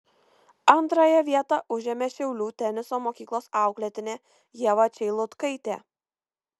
antrąją vietą užėmė šiaulių teniso mokyklos auklėtinė ieva čeilutkaitė